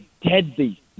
deadly